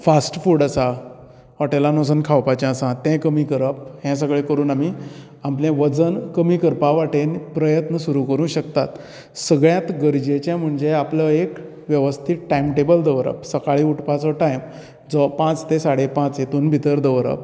fast food आसा हॉटेलान वचून खावपाचे आसा तें कमी करप हे सगळे करून आमी आपले वजन कमी करपा वटेन प्रयत्न सुरू शकतात सगळ्यांत गरजेचे म्हणजे आपलो एक वेवस्थीत टायमटेबल दवरप सकाळीं उठपाचो टायम जो पांच ते साडे पाच हेतू भितर दवरप